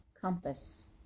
compass